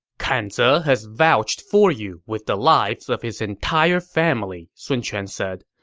kan ze has vouched for you with the lives of his entire family, sun quan said.